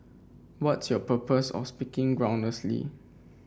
what's your purpose of speaking groundlessly